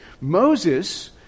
Moses